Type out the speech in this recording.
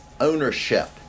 ownership